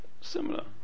Similar